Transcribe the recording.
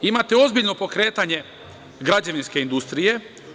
Imate ozbiljno pokretanje građevinske industrije.